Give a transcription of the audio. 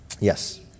Yes